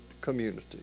community